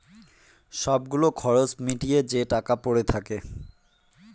সব গুলো খরচ মিটিয়ে যে টাকা পরে থাকে